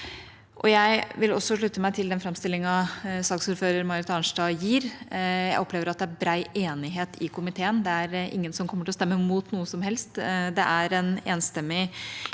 Jeg vil også slutte meg til den framstillinga saksordfører Marit Arnstad gir. Jeg opplever at det er bred enighet i komiteen. Det er ingen som kommer til å stemme imot noe som helst. Det er en en